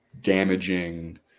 damaging